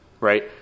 Right